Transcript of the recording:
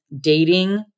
dating